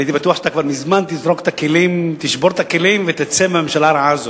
אני הייתי בטוח שאתה כבר מזמן תשבור את הכלים ותצא מהממשלה הרעה הזאת.